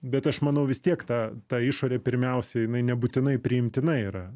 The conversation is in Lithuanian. bet aš manau vis tiek ta ta išorė pirmiausia jinai nebūtinai priimtina yra